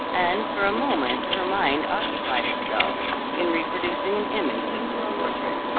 and for a moment her mind occupied itself in reproducing an image of this portrait.